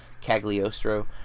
Cagliostro